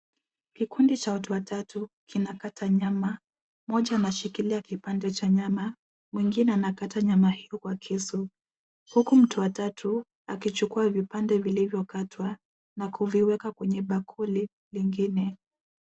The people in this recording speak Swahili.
Kikundi cha watu watatu kinakata nyama. Mmoja anashikilia kipande cha nyama mwingine anakata nyama io kwa kisu uku mtu wa tatu akichukua vipande vilivyokatwa na kuviweka kwenye bakuli lingine.